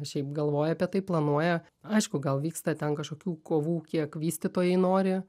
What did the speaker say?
šiaip galvoja apie tai planuoja aišku gal vyksta ten kažkokių kovų kiek vystytojai nori